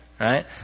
right